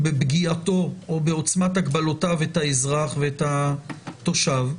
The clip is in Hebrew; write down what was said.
בפגיעתו או בעוצמת הגבלותיו את האזרח ואת התושב.